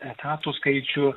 etatų skaičių